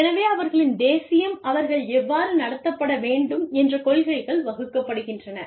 எனவே அவர்களின் தேசியம் அவர்கள் எவ்வாறு நடத்தப்பட வேண்டும் என்ற கொள்கைகள் வகுக்கப்படுகின்றன